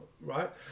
right